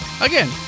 Again